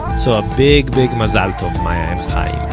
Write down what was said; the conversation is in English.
so a big big mazal tov, maya and haim!